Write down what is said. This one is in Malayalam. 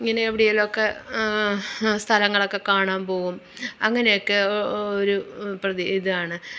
ഇങ്ങനെ എവിടെയേലുമൊക്കെ സ്ഥലങ്ങളൊക്കെ കാണാൻ പോകും അങ്ങനെയൊക്കെ ഒരു പ്രതി ഇതാണ്